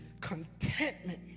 contentment